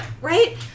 Right